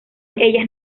ellas